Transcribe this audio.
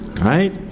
right